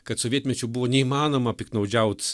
kad sovietmečiu buvo neįmanoma piktnaudžiaut